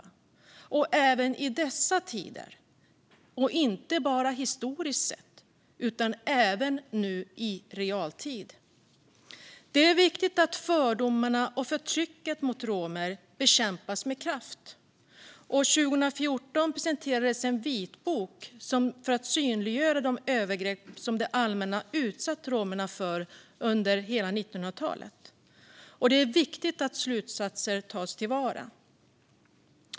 Det gäller även i dessa tider och inte bara historiskt sett utan även här och nu. Det är viktigt att fördomarna och förtrycket mot romer bekämpas med kraft. År 2014 presenterades en vitbok för att synliggöra de övergrepp som det allmänna utsatt romer för under hela 1900-talet, och det är viktigt att slutsatser tas till vara.